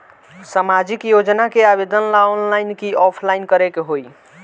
सामाजिक योजना के आवेदन ला ऑनलाइन कि ऑफलाइन करे के होई?